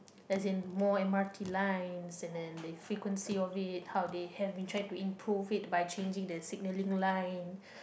as in more M_R_T lines and then the frequency of it how they have been trying to improve it by changing the signalling line